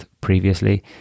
previously